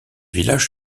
village